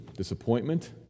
Disappointment